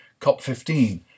COP15